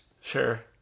sure